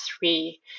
three